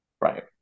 right